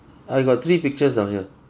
I got three pictures down here